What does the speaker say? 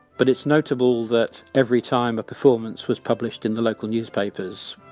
but it's notable that every time a performance was published in the local newspapers,